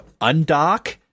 undock